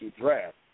draft